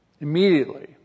immediately